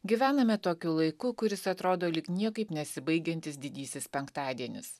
gyvename tokiu laiku kuris atrodo lyg niekaip nesibaigiantis didysis penktadienis